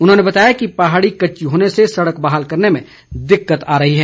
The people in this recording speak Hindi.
उन्होंने बताया कि पहाड़ी कच्ची होने से सड़क बहाल करने में दिक्कत आ रही है